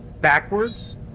backwards